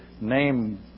name